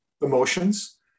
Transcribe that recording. emotions